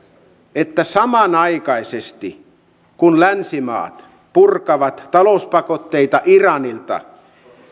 että samanaikaisesti kun länsimaat purkavat talouspakotteita iranilta